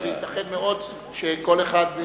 וייתכן מאוד שכל אחד,